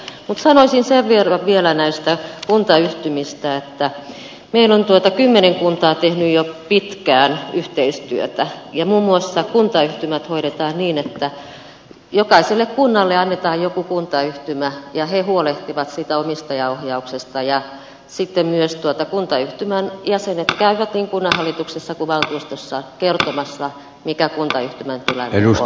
mutta sanoisin sen verran vielä näistä kuntayhtymistä että meillä on kymmenen kuntaa tehnyt jo pitkään yhteistyötä ja muun muassa kuntayhtymät hoidetaan niin että jokaiselle kunnalle annetaan joku kuntayhtymä ja he huolehtivat siitä omistajaohjauksesta ja sitten myös kuntayhtymän jäsenet käyvät niin kunnanhallituksessa kuin valtuustossa kertomassa mikä kuntayhtymän tilanne on